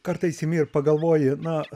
kartais imi ir pagalvoji na